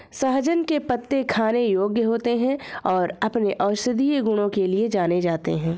सहजन के पत्ते खाने योग्य होते हैं और अपने औषधीय गुणों के लिए जाने जाते हैं